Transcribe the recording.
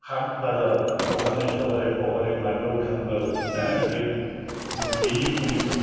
बाजाराव दखानै सहरै फहरै माइबायाव थाङोब्लाबो बे बेनि फुलिखौ